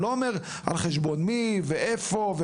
לא אומר על חשבון מי ואיפה,